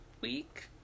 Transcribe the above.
week